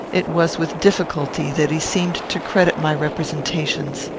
it was with difficulty that he seemed to credit my representations.